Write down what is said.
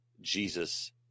jesus